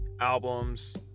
Albums